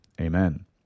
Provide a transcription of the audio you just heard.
Amen